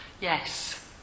Yes